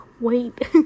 Wait